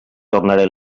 tornaré